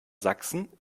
sachsen